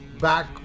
back